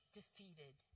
defeated